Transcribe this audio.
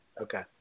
Okay